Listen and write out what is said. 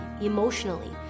emotionally